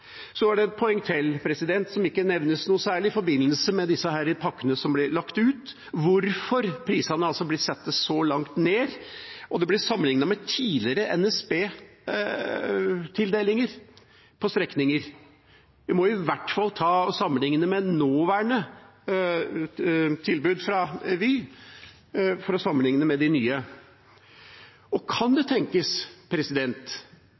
Et poeng til, som ikke nevnes noe særlig i forbindelse med disse pakkene som ble lagt ut, er hvorfor prisene er blitt satt så langt ned. Det er blitt sammenlignet med tidligere NSB-tildelinger på strekninger. En må i hvert fall sammenligne med nåværende tilbud fra Vy, for å sammenligne med de nye. Kan det